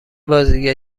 بازیگر